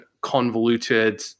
convoluted